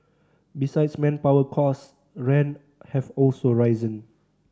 besides manpower costs rents have also risen